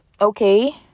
okay